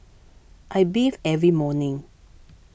I bathe every morning